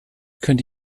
könnte